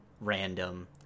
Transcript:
random